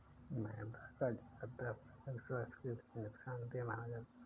मैदा का ज्यादा प्रयोग स्वास्थ्य के लिए नुकसान देय माना जाता है